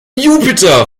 jupiter